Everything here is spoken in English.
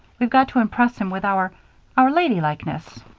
we've got to impress him with our our ladylikeness.